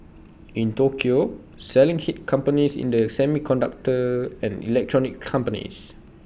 in Tokyo selling hit companies in the semiconductor and electronics companies